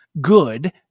good